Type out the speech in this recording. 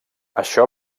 això